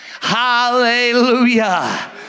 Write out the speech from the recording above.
Hallelujah